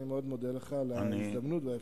אני מאוד מודה לך על ההזדמנות והאפשרות.